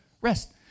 rest